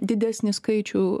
didesnį skaičių